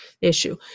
issue